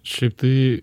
šiaip tai